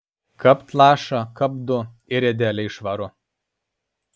kapt lašą kapt du ir idealiai švaru